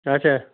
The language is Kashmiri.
اچھا